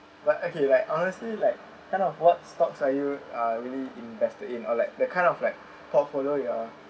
like okay like honestly like kind of what stocks are you uh really invested in or like the kind of like portfolio you're